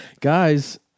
Guys